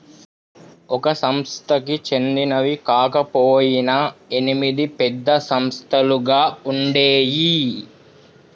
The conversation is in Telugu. ఒక సంస్థకి చెందినవి కాకపొయినా ఎనిమిది పెద్ద సంస్థలుగా ఉండేయ్యి